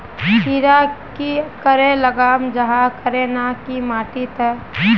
खीरा की करे लगाम जाहाँ करे ना की माटी त?